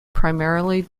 primarily